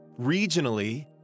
regionally